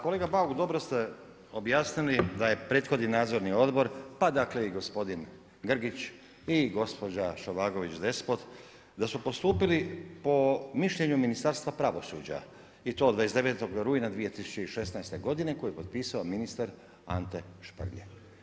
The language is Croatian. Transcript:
Kolega Bauk, dobro ste objasnili, da je prethodni nadzorni odbor, pa dakle, i gospodin Grgić i gospođa Šovagović Despot, da su postupili po mišljenju Ministarstva pravosuđa i to 29. rujna 2016. g. koji je potpisao ministar Ante Švrlja.